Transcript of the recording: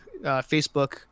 Facebook